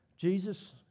Jesus